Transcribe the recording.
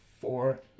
four